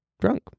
drunk